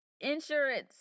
insurance